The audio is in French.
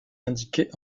indiqués